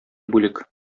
бүлек